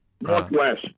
northwest